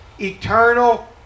eternal